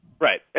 Right